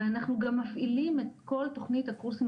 ואנחנו גם מפעילים את כל תוכנית הקורסים